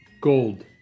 gold